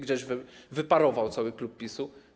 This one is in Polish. Gdzieś wyparował cały klub PiS-u.